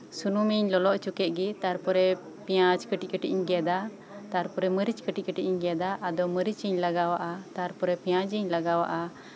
ᱥᱩᱱᱩᱢᱤᱧ ᱞᱚᱞᱚ ᱦᱚᱪᱚ ᱠᱮᱫ ᱜᱮ ᱛᱟᱨᱯᱚᱨᱮ ᱯᱮᱷᱭᱟᱡ ᱠᱟᱴᱤᱡᱼᱠᱟᱴᱤᱡ ᱤᱧ ᱜᱮᱫᱟ ᱛᱟᱨᱯᱚᱨᱮ ᱢᱟᱨᱤᱪ ᱠᱟᱴᱤᱡᱼᱠᱟᱴᱤᱡ ᱤᱧ ᱜᱮᱫᱟ ᱟᱫᱚ ᱢᱟᱨᱤᱪᱤᱧ ᱞᱟᱜᱟᱣᱟᱜᱼᱟ ᱛᱟᱨᱯᱚᱨᱮ ᱯᱮᱸᱭᱟᱡᱤᱧ ᱞᱟᱜᱟᱣᱟᱜᱼᱟ